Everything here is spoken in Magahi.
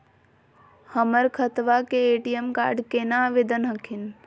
हमर खतवा के ए.टी.एम कार्ड केना आवेदन हखिन?